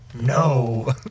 No